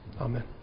Amen